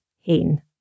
Hain